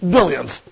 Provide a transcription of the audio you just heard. Billions